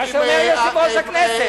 מה שאומר יושב-ראש הכנסת,